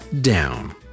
down